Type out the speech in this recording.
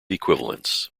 equivalence